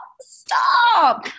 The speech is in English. Stop